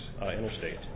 interstate